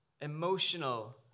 emotional